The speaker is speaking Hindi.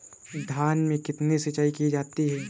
धान में कितनी सिंचाई की जाती है?